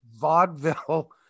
Vaudeville